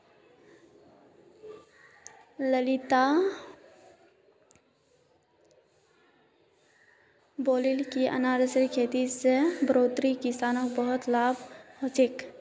lily बताले कि अनारेर खेती से वर्धार किसानोंक बहुत लाभ हल छे